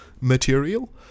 material